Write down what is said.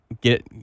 get